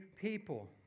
people